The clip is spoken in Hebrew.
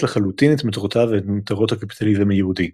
לחלוטין את מטרותיו ואת מטרות הקפיטליזם היהודי".